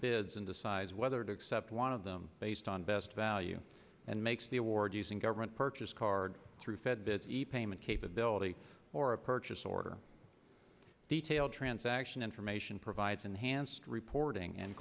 bids and decides whether to accept one of them based on best value and makes the award using government purchase card through fed that each payment capability or a purchase order detailed transaction information provides enhanced reporting and